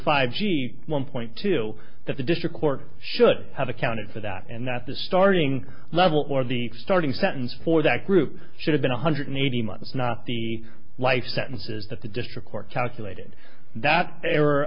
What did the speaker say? five g b one point two that the district court should have accounted for that and that the starting level or the starting sentence for that group should have been one hundred eighty months not the life sentences that the district court calculated that er